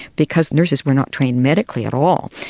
because nurses were not trained medically at all.